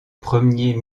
premier